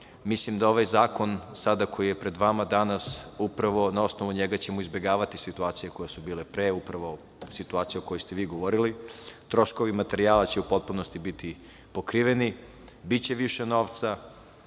da ovaj zakon sada koji je pred vama danas upravo na osnovu njega ćemo izbegavati situacije koje su bile pre, upravo situacija o kojoj ste vi govorili. Troškovi materijala će u potpunosti biti pokriveni, biće više novca.